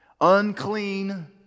unclean